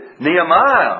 Nehemiah